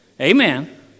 Amen